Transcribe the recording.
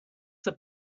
the